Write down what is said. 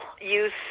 use